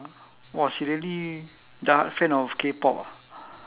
!wah! she really the fan of K-pop ah